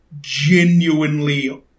genuinely